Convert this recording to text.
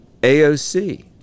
AOC